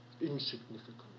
insignificant